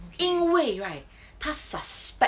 因为 right 他 suspect